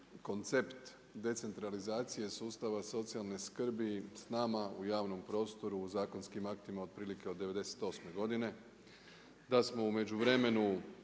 koncept decentralizacije sustava socijalne skrbi s nama u javnom prostoru u zakonskim aktima otprilike od '98. godine, da smo u međuvremenu